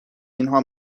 اینها